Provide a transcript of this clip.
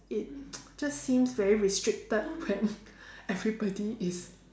it just seems very restricted when everybody is